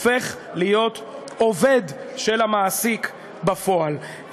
הופך להיות עובד של המעסיק, בפועל.